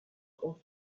also